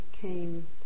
came